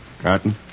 Cotton